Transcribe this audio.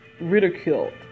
ridiculed